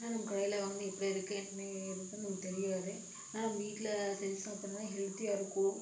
ஆனால் நம்ம கடையில் வாங்கினா எப்படி இருக்குது என்ன இருக்குன்னு நமக்கு தெரியாது ஆனால் நம்ம வீட்டில் செஞ்சு சாப்பிட்றதுன்னா ஹெல்த்தியாக இருக்கும்